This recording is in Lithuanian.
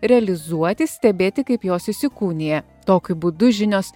realizuoti stebėti kaip jos įsikūnija tokiu būdu žinios